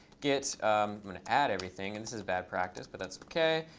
git i'm going to add everything. and this is bad practice, but that's ok.